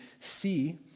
see